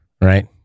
right